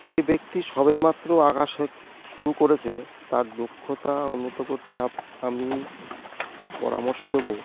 যে ব্যক্তি সবেমাত্র আঁকা শুরু করেছে তার দক্ষতা উন্নত করতে আমি পরামর্শ দেব